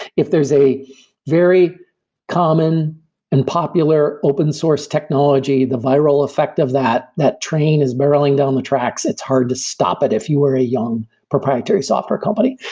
if there's a very common and popular open source technology, the viral effect of that, that train is barreling down the tracks. it's hard to stop it if you were a young proprietary software company.